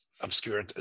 obscure